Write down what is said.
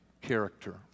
character